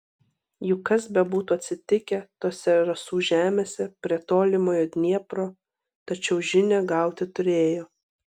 juk kas bebūtų atsitikę tose rasų žemėse prie tolimojo dniepro tačiau žinią gauti turėjo